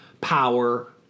power